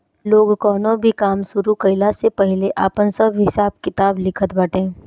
लोग कवनो भी काम शुरू कईला से पहिले आपन सब हिसाब किताब लिखत बाटे